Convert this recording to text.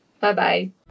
Bye-bye